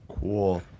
Cool